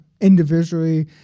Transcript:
Individually